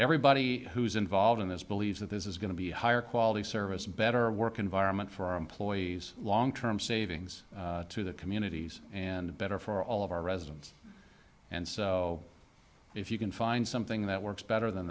everybody who's involved in this believes that this is going to be higher quality service better work environment for our employees long term savings to the communities and better for all of our residents and so if you can find something that works better than